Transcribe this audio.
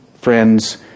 friends